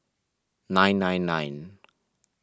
nine nine nine